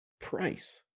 price